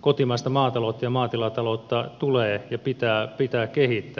kotimaista maataloutta ja maatilataloutta tulee ja pitää kehittää